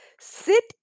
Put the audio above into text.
sit